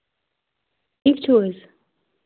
ٹھیٖک چھِو حظ